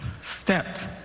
stepped